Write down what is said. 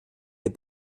ihr